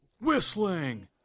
Whistling